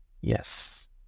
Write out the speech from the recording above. Yes